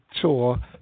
Tour